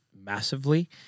massively